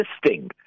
existing